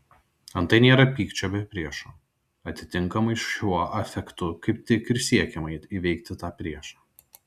antai nėra pykčio be priešo atitinkamai šiuo afektu kaip tik ir siekiama įveikti tą priešą